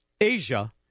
asia